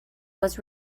was